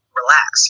relax